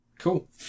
Cool